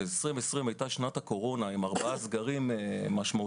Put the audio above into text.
ששנת 2020 הייתה שנת הקורונה עם ארבעה סגרים משמעותיים,